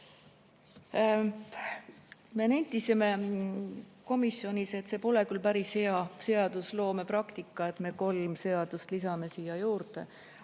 Me nentisime komisjonis, et see pole küll päris hea seadusloome praktika, kui me kolm seadust lisame siia juurde.